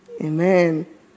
Amen